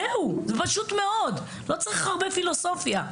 זהו זה פשוט מאוד לא צריך הרבה פילוסופיה.